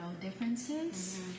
differences